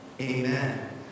Amen